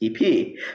EP